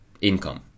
income